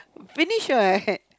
finish all I had